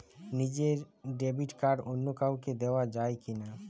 নিজের debit card অন্য কাউকে দেওয়া যায় কি না?